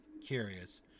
curious